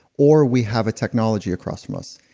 or we have a technology across from us.